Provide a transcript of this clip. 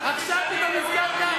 עכשיו פתאום נזכרת?